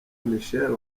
michelle